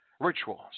rituals